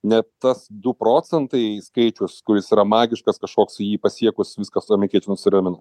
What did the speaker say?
net tas du procentai skaičius kuris yra magiškas kažkoks jį pasiekus viskas amerikiečiai nusiramino